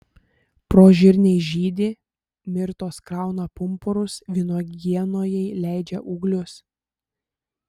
prožirniai žydi mirtos krauna pumpurus vynuogienojai leidžia ūglius